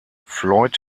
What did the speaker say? floyd